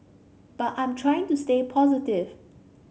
but I'm trying to stay positive